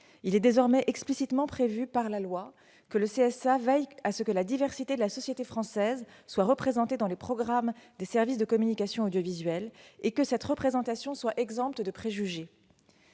la loi prévoit explicitement que le CSA « veille à ce que la diversité de la société française soit représentée dans les programmes des services de communication audiovisuelle et que cette représentation soit exempte de préjugés